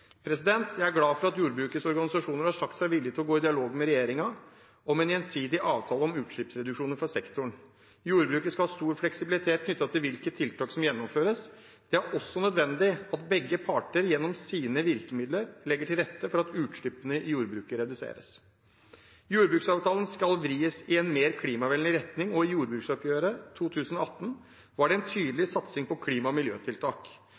til å gå i dialog med regjeringen om en gjensidig avtale om utslippsreduksjoner fra sektoren. Jordbruket skal ha stor fleksibilitet knyttet til hvilke tiltak som gjennomføres. Det er også nødvendig at begge parter gjennom sine virkemidler legger til rette for at utslippene i jordbruket reduseres. Jordbruksavtalen skal vris i en mer klimavennlig retning, og i jordbruksoppgjøret 2018 var det en tydelig satsing på klima- og miljøtiltak,